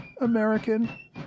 American